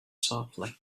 softly